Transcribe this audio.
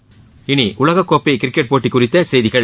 முதலில் உலகக்கோப்பை கிரிக்கெட் போட்டி குறித்த செய்திகள்